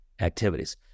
activities